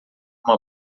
uma